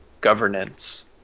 governance